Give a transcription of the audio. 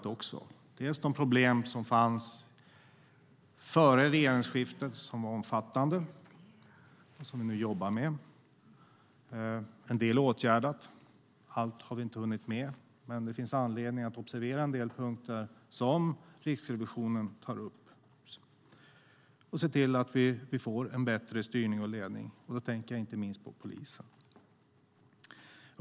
De omfattande problem som fanns före regeringsskiftet jobbar vi nu med. En del är åtgärdat, men allt har vi inte hunnit med. Det finns dock anledning att observera en del punkter som Riksrevisionen tar upp och se till att vi får en bättre styrning och ledning. Då tänker jag inte minst på polisen.